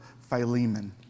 Philemon